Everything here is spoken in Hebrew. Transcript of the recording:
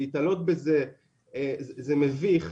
להיתלות בזה זה מביך,